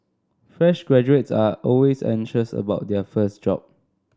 fresh graduates are always anxious about their first job